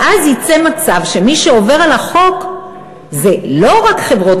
ואז יצא מצב שמי שעובר על החוק זה לא רק חברות